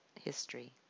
history